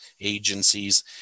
agencies